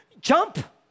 jump